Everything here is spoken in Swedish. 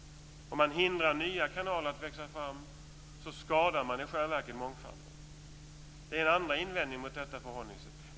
Om man hindrar nya kanaler att växa fram skadar man i själva verket mångfalden. Det är en andra invändning mot detta förhållningssätt.